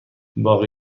باغ